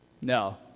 No